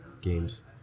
games